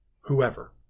whoever